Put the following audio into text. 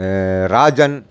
Rajan